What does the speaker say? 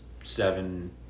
seven